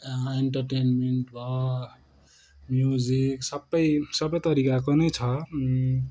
entertainment भयो music सबै सबै तरिकाको नै छ